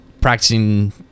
practicing